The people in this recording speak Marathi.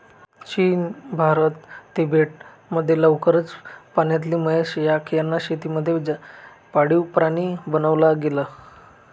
चीन, भारत, तिबेट मध्ये लवकरच पाण्यातली म्हैस, याक यांना शेती मध्ये पाळीव प्राणी बनवला गेल